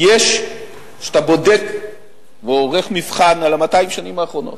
כשאתה עורך מבחן ב-200 השנים האחרונות,